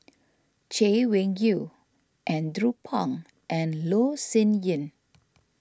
Chay Weng Yew Andrew Phang and Loh Sin Yun